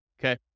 Okay